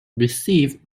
received